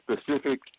specific